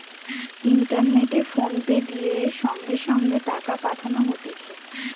ইন্টারনেটে ফোনপে দিয়ে সঙ্গে সঙ্গে টাকা পাঠানো হতিছে